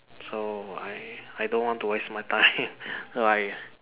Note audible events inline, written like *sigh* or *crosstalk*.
so I I don't want to waste my time *laughs* so I